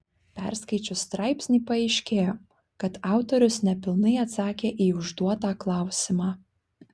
perskaičius straipsnį paaiškėjo kad autorius nepilnai atsakė į užduotą klausimą